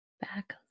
back